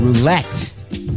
Roulette